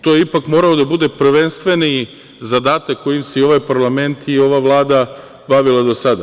To je ipak morao da bude prvenstveni zadatak kojim se i ovaj parlament i ova Vlada bavila do sada.